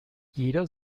jeder